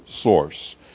source